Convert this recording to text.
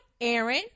Aaron